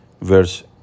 verse